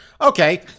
okay